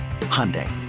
Hyundai